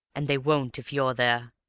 and they won't if you're there.